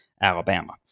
Alabama